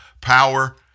power